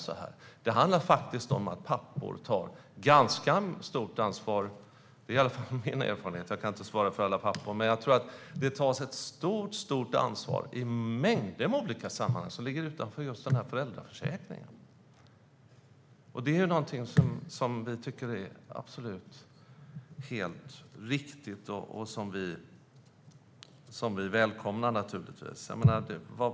Men det handlar faktiskt om att pappor tar ansvar också i mängder av andra sammanhang som ligger utanför föräldraförsäkringen. Det tycker vi är något som är riktigt och som vi naturligtvis välkomnar.